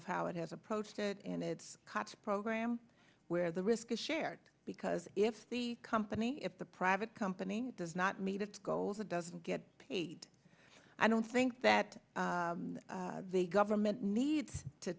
of how it has approached it and its cops program where the risk is shared because if the company if the private company does not meet its goals it doesn't get paid i don't think that the government needs to